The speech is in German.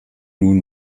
nun